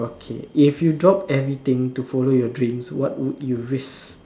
okay if you drop everything to follow your dreams what would you risk